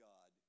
God